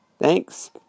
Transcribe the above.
Thanks